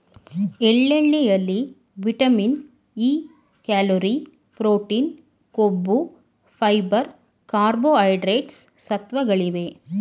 ಎಳ್ಳೆಣ್ಣೆಯಲ್ಲಿ vitamin E, calorie, protein, ಕೊಬ್ಬು, fibre, carbohydrates ಸತ್ವಗಳಿವೆ